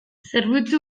zerbitzu